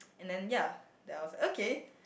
and then ya then I was okay